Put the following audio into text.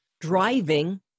driving